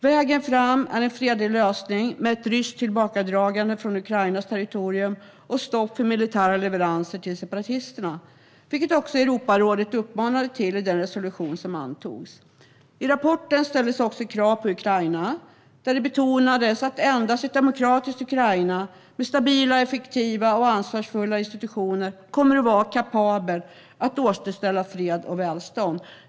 Vägen fram är en fredlig lösning med ett ryskt tillbakadragande från Ukrainas territorium och stopp för militära leveranser till separatisterna, vilket även Europarådet uppmanade till i den resolution som antogs. I rapporten ställdes också krav på Ukraina, där det betonades att endast ett demokratiskt Ukraina med stabila, effektiva och ansvarsfulla institutioner kommer att vara kapabelt att återställa fred och välstånd.